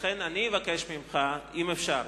לכן, אבקש ממך, אם אפשר,